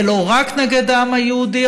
ולא רק נגד העם היהודי,